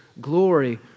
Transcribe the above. glory